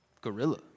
gorilla